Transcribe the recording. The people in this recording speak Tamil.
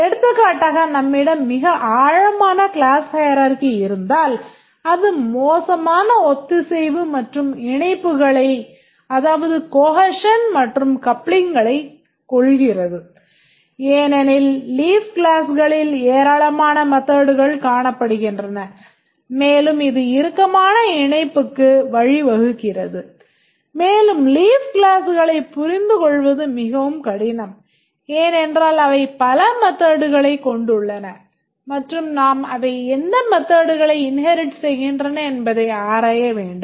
எடுத்துக்காட்டாக நம்மிடம் மிக ஆழமான class hierarchy இருந்தால் அது மோசமான ஒத்திசைவு மற்றும் இணைப்புகளைக் வழிவகுக்கிறது மேலும் leaf கிளாஸ்களைப் புரிந்துகொள்வது மிகவும் கடினம் ஏனென்றால் அவை பல methodகளைக் கொண்டுள்ளன மற்றும் நாம் அவை எந்த methodகளை inherit செய்கின்றன என்பதை ஆராய வேண்டும்